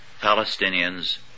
Palestinians